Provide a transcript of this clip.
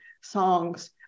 songs